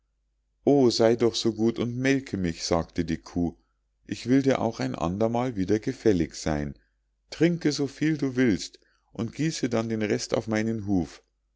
o sei doch so gut und melke mich sagte die kuh denn mir ist das euter so straff von der milch trinke so viel du willst und gieße den rest auf meinen huf